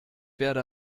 werde